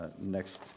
next